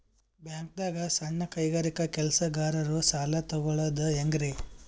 ಬ್ಯಾಂಕ್ದಾಗ ಸಣ್ಣ ಕೈಗಾರಿಕಾ ಕೆಲಸಗಾರರು ಸಾಲ ತಗೊಳದ್ ಹೇಂಗ್ರಿ?